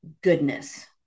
goodness